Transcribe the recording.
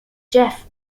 geoff